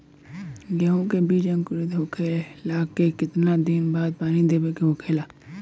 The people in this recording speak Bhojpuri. गेहूँ के बिज अंकुरित होखेला के कितना दिन बाद पानी देवे के होखेला?